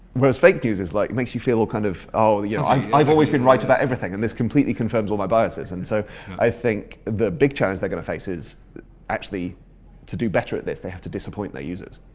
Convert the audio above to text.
whereas fake news is like it makes you feel a little kind of ah yeah like i've always been right about everything and this completely confirms my biases and so i think, the big challenge they're gonna face is actually to do better at this, they have to disappoint their users.